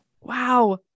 Wow